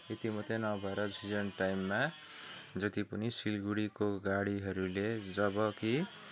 यति मात्रै नभएर सिजन टाइममा जति पनि सिलगढीको गाडीहरूले जब कि